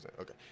Okay